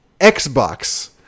Xbox